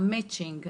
המצ'ינג,